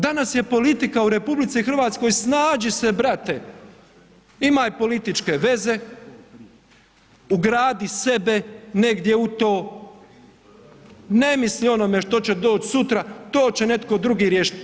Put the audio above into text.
Danas je politika u RH snađi se brate, imaj političke veze, ugradi sebe negdje u to, ne misli o onome što će doći sutra to će netko drugi riješit.